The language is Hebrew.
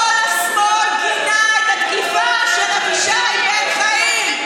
כל השמאל גינה את התקיפה של אבישי בן חיים.